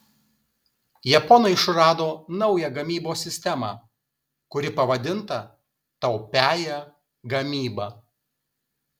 japonai išrado naują gamybos sistemą kuri pavadinta taupiąja gamyba